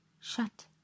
Shut